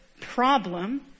problem